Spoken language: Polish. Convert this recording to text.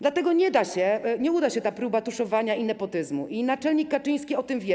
Dlatego nie uda się ta próba tuszowania i nepotyzmu i naczelnik Kaczyński o tym wie.